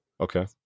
Okay